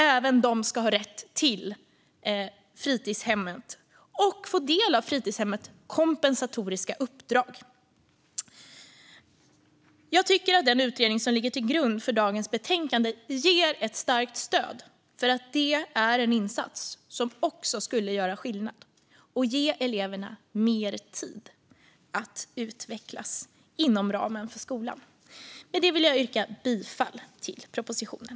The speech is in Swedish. Även de ska ha rätt till fritidshemmet och få del av fritidshemmets kompensatoriska uppdrag. Jag tycker att den utredning som ligger till grund för dagens betänkande ger ett starkt stöd för att det är en insats som skulle göra skillnad och ge eleverna mer tid att utvecklas inom ramen för skolan. Med det vill jag yrka bifall till propositionen.